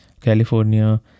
California